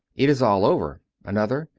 it is all over another,